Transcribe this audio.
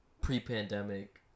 pre-pandemic